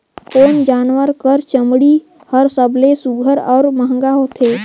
कोन जानवर कर चमड़ी हर सबले सुघ्घर और महंगा होथे?